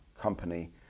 company